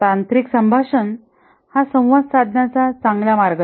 तांत्रिक संभाषण हा सवांद साधण्याचा चांगला मार्ग नाही